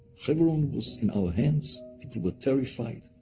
hebron was in our hands, people were terrified.